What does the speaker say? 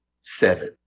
Seven